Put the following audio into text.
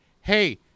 Hey